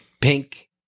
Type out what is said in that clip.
Pink